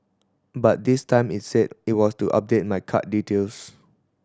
but this time it said it was to update my card details